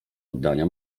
oddania